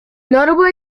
notable